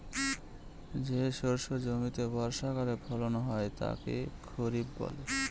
যে শস্য জমিতে বর্ষাকালে ফলন হয় তাকে খরিফ বলে